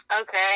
Okay